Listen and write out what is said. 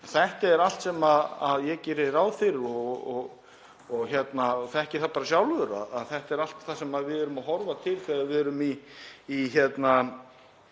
Þetta er allt sem ég geri ráð fyrir og ég þekki það bara sjálfur að þetta er allt það sem við erum að horfa til þegar við erum í dag